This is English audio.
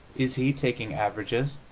is he, taking averages,